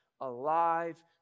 alive